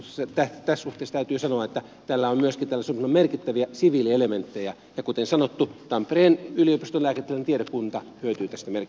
tässä suhteessa täytyy sanoa että tällä sopimuksella on myöskin merkittäviä siviilielementtejä ja kuten sanottu tampereen yliopiston lääketieteellinen tiedekunta hyötyy tästä merkittävästi